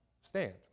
stand